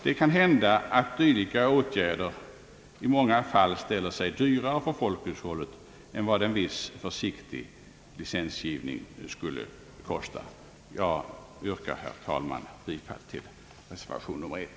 Det kan hända att hithörande åtgärder i många fall ställer sig dyrare för folkhushållet än vad en viss försiktig licensgivning skulle kosta. Jag yrkar, herr talman, bifall till reservation nr 1.